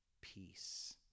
peace